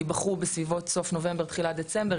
ייבחרו בסביבות סוף נובמבר-תחילת דצמבר,